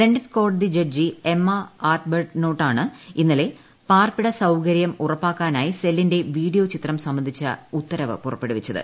London കോടതി ജഡ്ജി Emma ആർബത്നോട്ടാണ് ഇന്നലെ പാർപ്പിട സൌകര്യം ഉറപ്പാക്കാനായി സെല്ലിന്റെ വീഡിയോ ചിത്രം സംബന്ധിച്ച ഉത്തരവ് പുറപ്പെടുവിച്ചത്